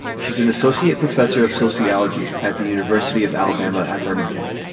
she's an associate professor of sociology at the university of alabama at birmingham.